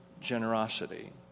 generosity